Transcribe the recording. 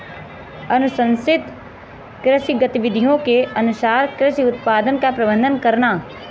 अनुशंसित कृषि गतिविधियों के अनुसार कृषि उत्पादन का प्रबंधन करना